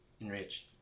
enriched